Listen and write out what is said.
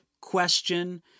question